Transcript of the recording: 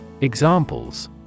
Examples